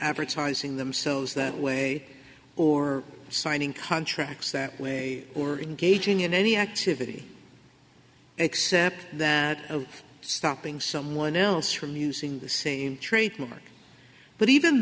advertising themselves that way or signing contracts that way or engaging in any activity except that of stopping someone else from using the same trademark but even